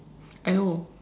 I know